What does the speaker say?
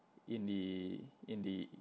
in the in the